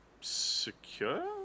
secure